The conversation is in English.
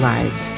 Lives